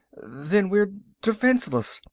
then we're defenseless!